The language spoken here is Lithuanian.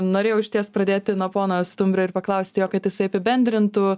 norėjau išties pradėti nuo pono stumbrio ir paklausti o kad jisai apibendrintų